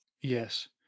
Yes